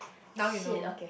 now you know